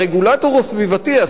השר להגנת הסביבה,